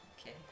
Okay